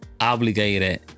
obligated